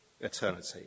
eternity